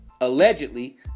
allegedly